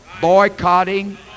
boycotting